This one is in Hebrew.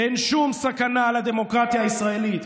אין שום סכנה לדמוקרטיה הישראלית,